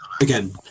again